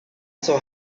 saw